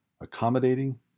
accommodating